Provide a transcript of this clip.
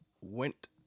went